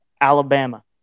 alabama